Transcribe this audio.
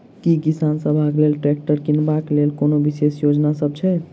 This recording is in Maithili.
की किसान सबहक लेल ट्रैक्टर किनबाक लेल कोनो विशेष योजना सब छै?